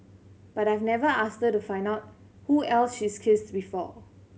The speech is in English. but I've never asked her to find out who else she's kissed before